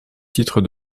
titre